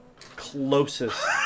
closest